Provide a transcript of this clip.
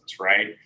Right